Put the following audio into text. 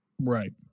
right